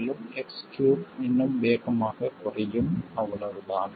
மேலும் x3 இன்னும் வேகமாக குறையும் அவ்வளவுதான்